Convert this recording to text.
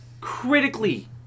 critically